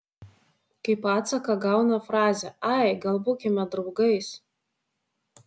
kaip atsaką gauna frazę ai gal būkime draugais